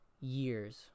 years